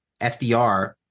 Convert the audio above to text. FDR